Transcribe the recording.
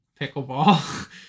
pickleball